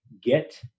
get